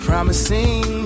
Promising